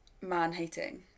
man-hating